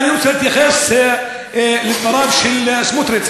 אני רוצה להתייחס לדבריו של סמוטריץ,